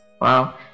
Wow